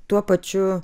tuo pačiu